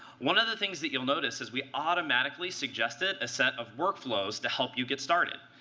one of the things that you'll notice is we automatically suggested a set of workflows to help you get started.